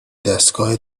دستگاه